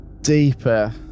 deeper